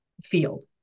field